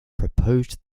proposed